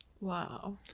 Wow